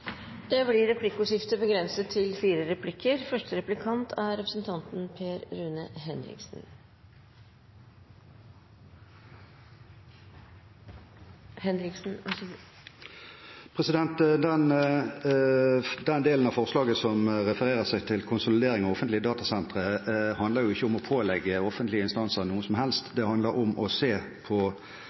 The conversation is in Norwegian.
Det blir replikkordskifte. Den delen av forslaget som refererer til konsolidering av offentlige datasentre, handler jo ikke om å pålegge offentlige instanser noe som helst. Det handler om å se på